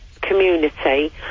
community